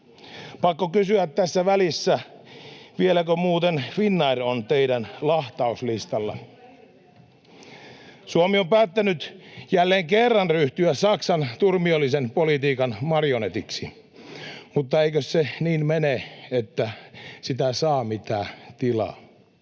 Pakko kysyä tässä välissä: vieläkö muuten Finnair on teidän lahtauslistallanne? [Anne Kalmarin välihuuto] Suomi on päättänyt jälleen kerran ryhtyä Saksan turmiollisen politiikan marionetiksi, mutta eikös se niin mene, että sitä saa, mitä tilaa?